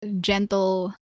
gentle